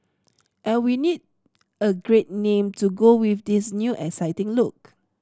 and we need a great name to go with this new exciting look